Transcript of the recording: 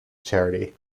charity